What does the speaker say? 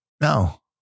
No